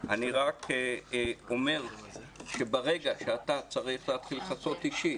אני רק אומר שברגע שאתה צריך להתחיל לכסות אישית